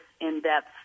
in-depth